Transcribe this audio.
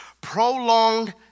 Prolonged